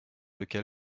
lequel